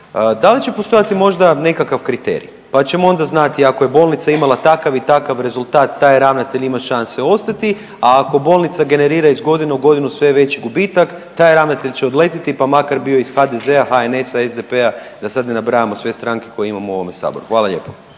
Da li će postojati možda nekakav kriterij, pa ćemo onda znati ako je bolnica imala takav i takav rezultat taj ravnatelj ima imati šanse ostati, a ako bolnica generira iz godine u godinu sve veći gubitak taj ravnatelj će odletiti pa makar bio iz HDZ-a, HNS-a, SDP-a, da sad ne nabrajamo sve stranke koje imamo u ovome Saboru. Hvala lijepo.